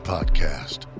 Podcast